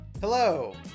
Hello